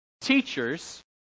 teachers